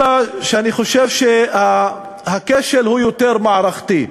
אלא שאני חושב שהכשל הוא יותר מערכתי,